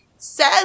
says